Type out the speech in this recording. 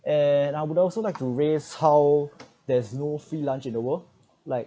and I would also like to raise how there's no free lunch in the world like